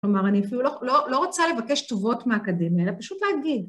כלומר, אני אפילו לא, לא רוצה לבקש טובות מהאקדמיה, אלא פשוט להגיד.